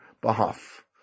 behalf